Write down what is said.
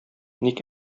ник